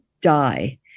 die